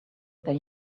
that